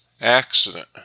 accident